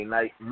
Night